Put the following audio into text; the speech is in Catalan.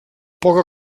poca